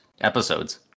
episodes